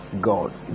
God